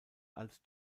als